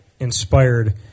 inspired